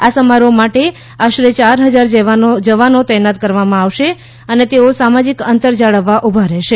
આ સમારોહ માટે આશરે ચાર હજાર જવાનો તૈનાત કરવામાં આવશે અને તેઓ સામાજિક અંતર જાળવવા ઊભા રહેશે